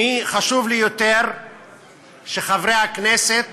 חשוב לי יותר שחברי הכנסת